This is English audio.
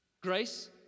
Grace